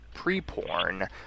pre-porn